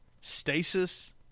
stasis